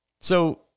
So